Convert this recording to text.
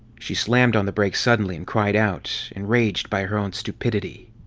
she slammed on the brakes suddenly and cried out, enraged by her own stupidity.